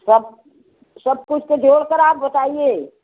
सब सब कुछ के जोड़ कर आप बताइए